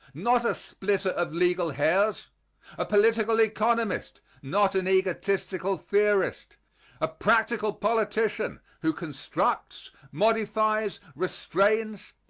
not a splitter of legal hairs a political economist, not an egotistical theorist a practical politician, who constructs, modifies, restrains,